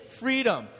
freedom